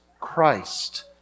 Christ